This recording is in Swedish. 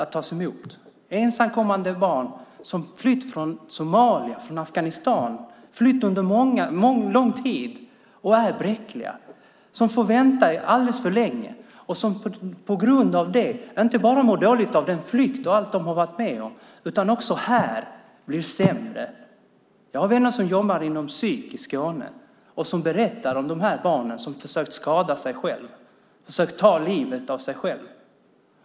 Det handlar om ensamkommande barn som flytt från Somalia och Afghanistan under lång tid, som är bräckliga, som får vänta alldeles för länge och som på grund av det inte bara mår dåligt av den flykt och allt som de har varit med om utan som också blir sämre när de är här. Jag har vänner som jobbar inom psykvården i Skåne, och de berättar om de här barnen som försökt skada sig själva och som har försökt ta livet av sig.